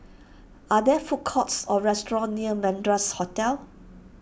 are there food courts or restaurants near Madras Hotel